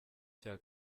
cya